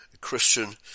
Christian